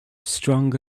strong